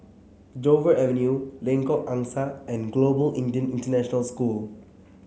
Dover Avenue Lengkok Angsa and Global Indian International School